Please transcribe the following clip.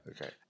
okay